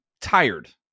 tired